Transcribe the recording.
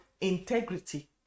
integrity